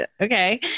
Okay